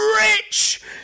rich